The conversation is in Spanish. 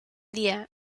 día